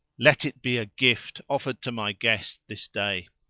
let it be a gift offered to my guest this day!